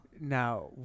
now